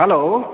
hello